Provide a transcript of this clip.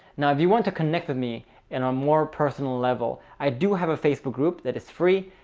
now, if you want to connect with me and a more personal level, i do have a facebook group that is free.